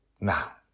Now